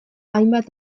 hainbat